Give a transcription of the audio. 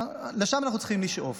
לשם אנחנו צריכים לשאוף.